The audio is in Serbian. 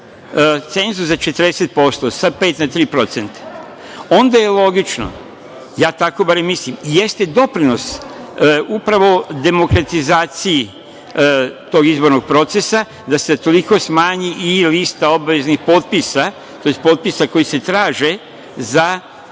cenzus za 40%, sa pet na tri procenta, onda je logično, ja tako barem mislim, jeste doprinos upravo demokratizaciji tog izbornog procesa da se za toliko smanji i lista obaveznih potpisa, to jest potpisa koji se traže za